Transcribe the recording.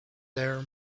there